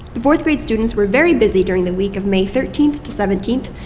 the fourth grade students were very busy during the week of may thirteenth to seventeenth.